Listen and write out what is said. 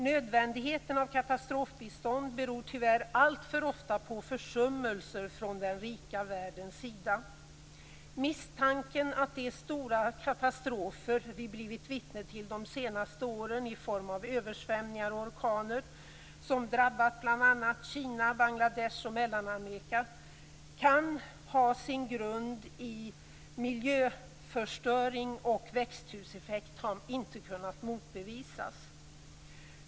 Nödvändigheten av katastrofbistånd beror tyvärr alltför ofta på försummelser från den rika världens sida. Misstanken att de stora katastrofer som vi blivit vittnen till de senaste åren i form av översvämningar och orkaner, som drabbat bl.a. Kina, Bangladesh och Mellanamerika, kan ha sin grund i miljöförstöring och växthuseffekt har inte kunnat motbevisas.